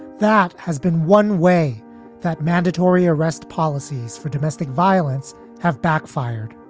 that has been one way that mandatory arrest policies for domestic violence have backfired